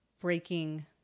breaking